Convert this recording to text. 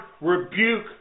rebuke